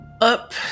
up